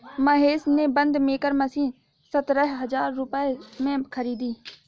महेश ने bun maker machine सतरह हजार रुपए में खरीदी